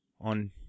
on